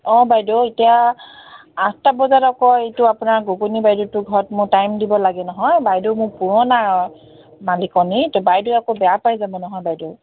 অঁ বাইদেউ এতিয়া আঠটা বজাত আকৌ এইটো আপোনাৰ গগৈনী বাইদেউটোৰ ঘৰত মোৰ টাইম দিব লাগে নহয় বাইদেউ মোৰ পুৰণ মালিকনী তো বাইদেউৱে আকৌ বেয়া পাই যাব নহয় বাইদেউ